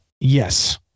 Yes